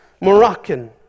Moroccan